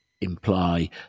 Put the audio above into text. imply